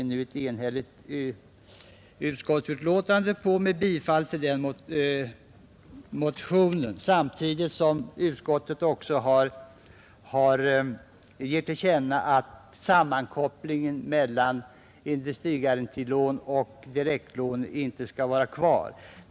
I utskottets betänkande föreslår vi nu enhälligt bifall till den motionen, samtidigt som utskottet ger till känna att sammankopplingen av industrigarantilån med direktlån inte skall vara kvar.